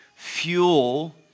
Fuel